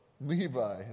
levi